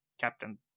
Captain